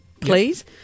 please